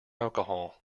alcohol